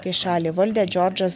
kai šalį valdė džordžas